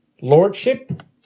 Lordship